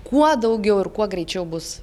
kuo daugiau ir kuo greičiau bus